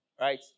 right